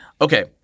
Okay